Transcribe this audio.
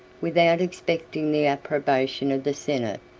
without expecting the approbation of the senate.